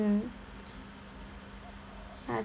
uh